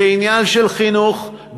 זה עניין של חינוך,